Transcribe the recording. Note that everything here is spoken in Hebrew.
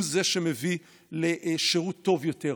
הוא זה שמביא לשירות טוב יותר.